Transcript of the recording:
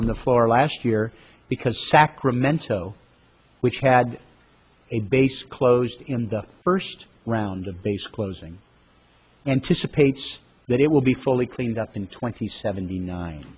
on the floor last year because sacramento which had a base closed in the first round of base closing anticipates that it will be fully cleaned up in twenty seventy nine